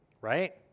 right